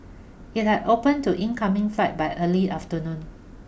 it had open to incoming flight by early afternoon